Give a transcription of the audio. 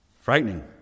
Frightening